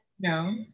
no